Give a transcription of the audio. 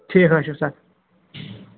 ٹھیٖک حظ چھُ سَر